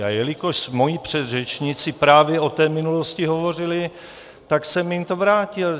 A jelikož moji předřečníci právě o té minulosti hovořili, tak jsem jim to vrátil.